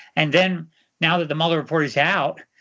and then now that the mueller report is out,